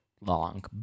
long